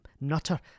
nutter